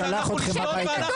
שלח אתכם הביתה.